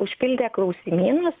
užpildę klausimynus